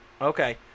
Okay